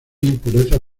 impurezas